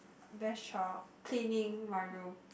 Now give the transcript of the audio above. best choir cleaning my room